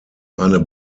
eine